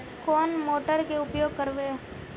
कौन मोटर के उपयोग करवे?